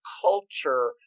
culture